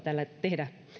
tehdä